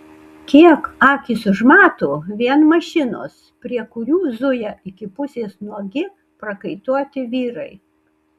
kiek akys užmato vien mašinos prie kurių zuja iki pusės nuogi prakaituoti vyrai